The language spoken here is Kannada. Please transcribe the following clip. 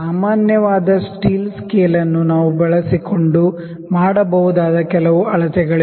ಸಾಮಾನ್ಯವಾದ ಸ್ಟೀಲ್ ಸ್ಕೇಲ್ ಅನ್ನು ಬಳಸಿಕೊಂಡು ನಾವು ಮಾಡಬಹುದಾದ ಕೆಲವು ಅಳತೆಗಳಿವೆ